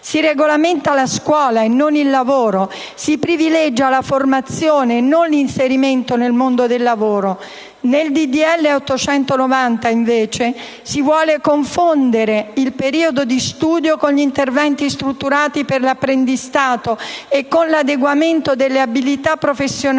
Si regolamenta la scuola e non il lavoro, si privilegia la formazione e non l'inserimento nel mondo del lavoro. Nel disegno di legge n. 890, invece, si vuole confondere il periodo di studio con gli interventi strutturati per l'apprendistato e con l'adeguamento delle abilità professionali